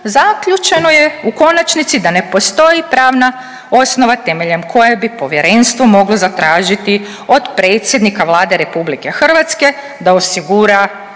zaključeno je u konačnici da ne postoji pravna osnova temeljem koje bi povjerenstvo moglo zatražiti od predsjednika Vlade RH da osigura